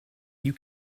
you